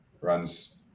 runs